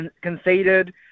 conceded